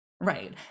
Right